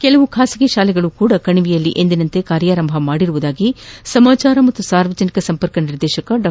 ಕೆಲವು ಖಾಸಗಿ ಶಾಲೆಗಳು ಕೂಡ ಕಣಿವೆಯಲ್ಲಿ ಎಂದಿನಂತೆ ಕಾರ್ಯಾರಂಭ ಮಾದಿವೆ ಎಂದು ಸಮಾಚಾರ ಮತ್ತು ಸಾರ್ವಜನಿಕ ಸಂಪರ್ಕ ನಿರ್ದೇಶಕ ಡಾ